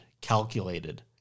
calculated